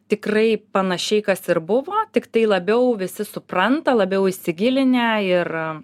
tikrai panašiai kas ir buvo tiktai labiau visi supranta labiau įsigilinę ir